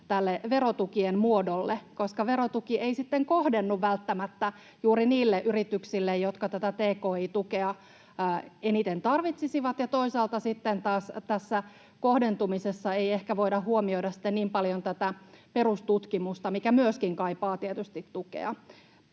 verotukien muodolle, koska verotuki ei kohdennu välttämättä juuri niille yrityksille, jotka tätä tki-tukea eniten tarvitsisivat. Toisaalta sitten taas tässä kohdentumisessa ei ehkä voida huomioida niin paljon tätä perustutkimusta, mikä myöskin kaipaa